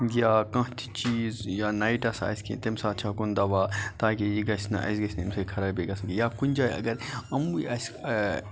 یا کانٛہہ تہِ چیٖز یا نایٹَس آسہِ کینٛہہ تمہِ ساتہٕ چھَکُن دَوا تاکہِ یہِ گَژھنہٕ اَسہِ گَژھِ نہٕ امہِ سۭتۍ خَرٲبی گَژھٕنۍ کینٛہہ یا کُنہِ جایہِ اَگر یِموُے آسہِ